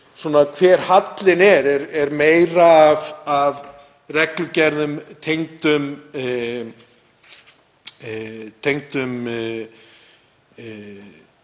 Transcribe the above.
hver hallinn er. Er meira af reglugerðum tengdum